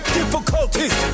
difficulties